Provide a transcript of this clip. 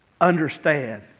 understand